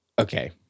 okay